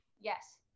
Yes